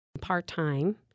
part-time